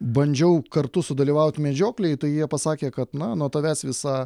bandžiau kartu sudalyvaut medžioklėj tai jie pasakė kad na nuo tavęs visa